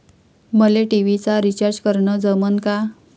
मले टी.व्ही चा रिचार्ज करन जमन का?